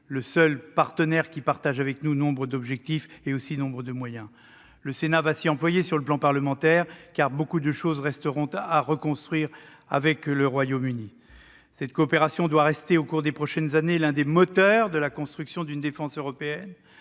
le seul partenaire qui fixe à la défense les mêmes objectifs et lui alloue les mêmes moyens que notre pays. Le Sénat va s'y employer sur le plan parlementaire, car beaucoup de choses resteront à reconstruire avec le Royaume-Uni. Cette coopération doit rester au cours des prochaines années l'un des moteurs de la construction d'une défense européenne,